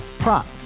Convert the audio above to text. Prop